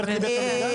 יהיה.